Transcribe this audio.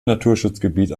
naturschutzgebiet